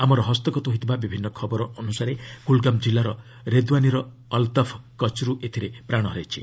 ଆମର ହସ୍ତଗତ ହୋଇଥିବା ବିଭିନ୍ନ ଖବର ଅନୁସାରେ କୁଲ୍ଗାମ୍ ଜିଲ୍ଲାର ରେଦୱାନିର ଅଲ୍ତଫ୍ କଚ୍ରୁ ଏଥିରେ ପ୍ରାଣ ହରାଇଛି